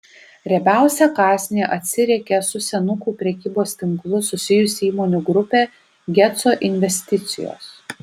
riebiausią kąsnį atsiriekė su senukų prekybos tinklu susijusi įmonių grupė geco investicijos